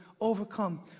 overcome